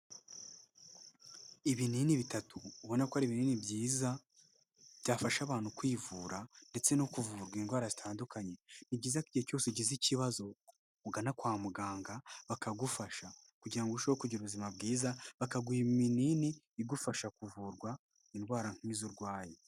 Ibinini bitatu ubona ko ari bininini byiza byafasha abantu kwivura ndetse no kuvurwa indwara zitandukanye, ni byiza ko igihe cyose ugize ikibazo ugana kwa muganga bakagufasha, kugirango ngo urusheho kugira ubuzima bwiza bakaguha iminini igufasha kuvurwa indwara nk'izo urwaye.